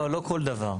לא, לא כל דבר.